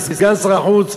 וסגן שר החוץ,